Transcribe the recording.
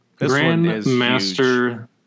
Grandmaster